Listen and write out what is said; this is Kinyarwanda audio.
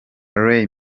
ray